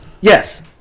Yes